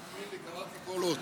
תאמין לי, קראתי כל אות.